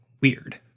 weird